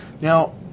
Now